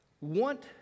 want